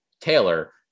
Taylor